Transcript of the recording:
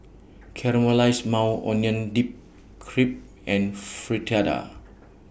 Caramelized Maui Onion Dip Crepe and Fritada